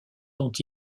dont